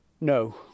No